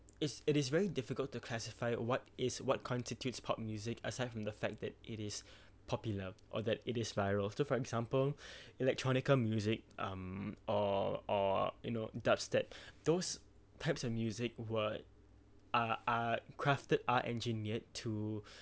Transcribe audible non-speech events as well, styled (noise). is it is very difficult to classify what is what constitutes pop music aside from the fact that it is (breath) popular or that it is viral so for example (breath) electronica music um or or you know dubstep (breath) those types of music were are are crafted are engineered to (breath)